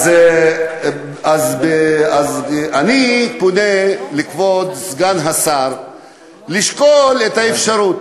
אז אני פונה לכבוד סגן השר לשקול את האפשרות.